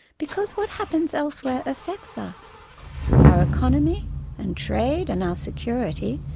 because what happens elsewhere affects us our economy and trade and our security,